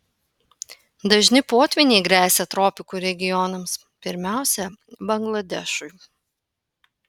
dažni potvyniai gresia tropikų regionams pirmiausia bangladešui